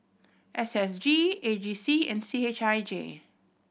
S S G A G C and C H I J